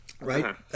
right